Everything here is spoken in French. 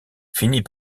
finit